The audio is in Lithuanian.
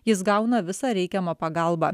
jis gauna visą reikiamą pagalbą